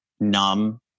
numb